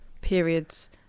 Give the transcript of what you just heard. periods